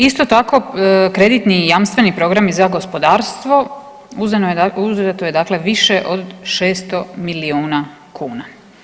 Isto tako kreditni jamstveni programi za gospodarstvo, uzeto je dakle više od 600 miliona kuna.